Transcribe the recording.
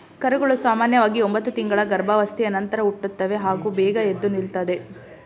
ಕರುಗಳು ಸಾಮನ್ಯವಾಗಿ ಒಂಬತ್ತು ತಿಂಗಳ ಗರ್ಭಾವಸ್ಥೆಯ ನಂತರ ಹುಟ್ಟುತ್ತವೆ ಹಾಗೂ ಬೇಗ ಎದ್ದು ನಿಲ್ತದೆ